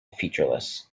featureless